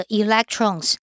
electrons